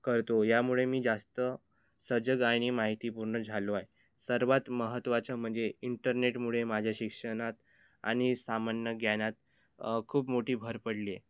करतो यामुळे मी जास्त सजग आणि माहितीपूर्ण झालो आहे सर्वात महत्त्वाचं म्हणजे इंटरनेटमुळे माझ्या शिक्षणात आणि सामान्य ज्ञानात खूप मोठी भर पडली आहे